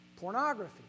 Pornography